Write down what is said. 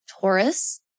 Taurus